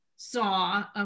saw